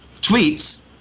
tweets